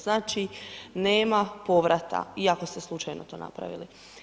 Znači nema povrata, i ako ste slučajno to napravili.